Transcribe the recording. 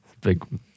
big